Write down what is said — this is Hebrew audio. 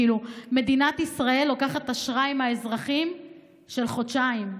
כאילו מדינת ישראל לוקחת מהאזרחים אשראי של חודשיים.